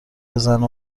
بزنه